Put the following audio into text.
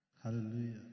hallelujah